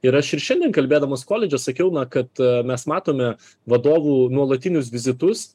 ir aš ir šiandien kalbėdamas koledže sakiau kad mes matome vadovų nuolatinius vizitus